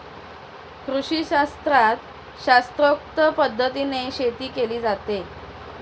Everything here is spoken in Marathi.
कृषीशास्त्रात शास्त्रोक्त पद्धतीने शेती केली जाते